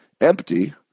empty